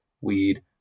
weed